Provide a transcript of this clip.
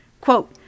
Quote